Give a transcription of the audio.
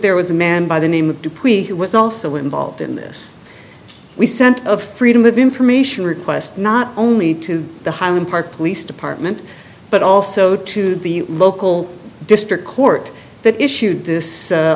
there was a man by the name of dupree was also involved in this we sent a freedom of information request not only to the highland park police department but also to the local district court that issued this